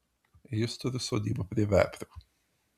jis turi sodybą prie veprių